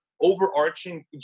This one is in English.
overarching